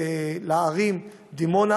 לערים דימונה,